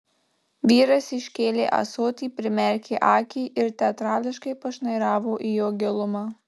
vyras iškėlė ąsotį primerkė akį ir teatrališkai pašnairavo į jo gilumą